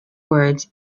words